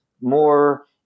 more